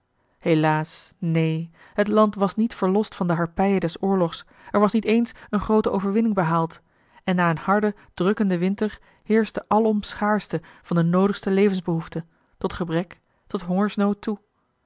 helaas neen het land was niet verlost van de harpije des oorlogs er was niet eens eene groote overwinning behaald en na een harden drukkenden winter heerschte alom schaarschte van de noodigste levensbehoeften tot gebrek tot hongersnood toe